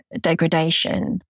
degradation